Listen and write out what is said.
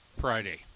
Friday